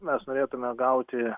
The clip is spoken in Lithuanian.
mes norėtume gauti